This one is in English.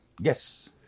yes